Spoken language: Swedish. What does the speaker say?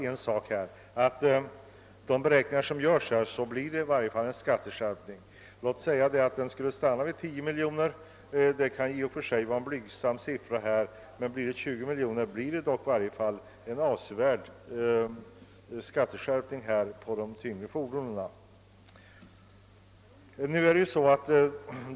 Enligt de beräkningar som gjorts blir det alltså en skatteskärpning. Om denna skulle stanna vid 10 miljoner kronor vore det i och för sig en blygsam summa. Men blir den 20 miljoner kronor, är skatteskärpningen för tyngre fordon avsevärd.